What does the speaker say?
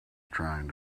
trying